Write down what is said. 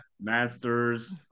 masters